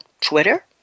Twitter